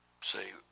say